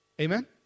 Amen